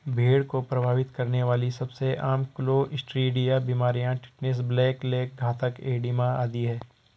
भेड़ को प्रभावित करने वाली सबसे आम क्लोस्ट्रीडिया बीमारियां टिटनेस, ब्लैक लेग, घातक एडिमा आदि है